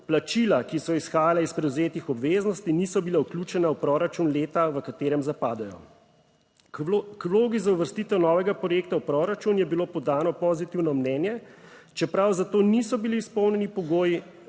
plačila, ki so izhajala iz prevzetih obveznosti, niso bila vključena v proračun leta, v katerem zapadejo. K vlogi za uvrstitev novega projekta v proračun je bilo podano pozitivno mnenje, čeprav za to niso bili izpolnjeni pogoji,